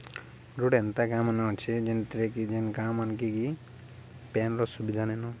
ଗୁଟେ ଗୁଟେ ଏନ୍ତା ଗାଁମାନେ ଅଛେ ଜେନ୍ଥିରେ ଯେନ୍ ଗାଁ ମାନ୍କେ କି ପାଏନ୍ର ସୁବିଧା ନେଇନ